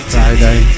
Friday